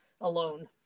alone